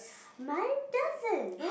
mine doesn't